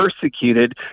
persecuted